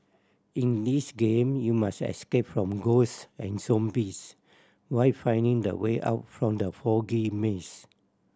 in this game you must escape from ghosts and zombies while finding the way out from the foggy maze